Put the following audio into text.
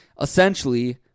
Essentially